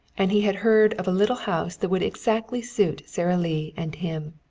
and he had heard of a little house that would exactly suit sara lee and him.